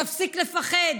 תפסיק לפחד.